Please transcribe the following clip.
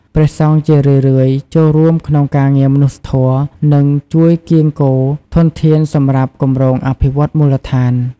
ព្រះសង្ឃជារឿយៗចូលរួមក្នុងការងារមនុស្សធម៌ និងជួយកៀរគរធនធានសម្រាប់គម្រោងអភិវឌ្ឍន៍មូលដ្ឋាន។